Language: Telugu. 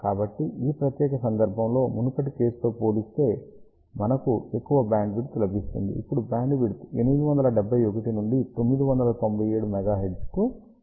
కాబట్టి ఈ ప్రత్యేక సందర్భంలో మునుపటి కేసుతో పోలిస్తే మనకు ఎక్కువ బ్యాండ్విడ్త్ లభిస్తుంది ఇప్పుడు బ్యాండ్విడ్త్ 871 నుండి 997 MHz కు పెరిగింది